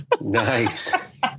Nice